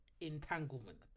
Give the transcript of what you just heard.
entanglement